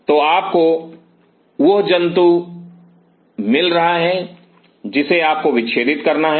तो आपको वह जंतु मिल रहा है जिसे आपको विच्छेदित करना है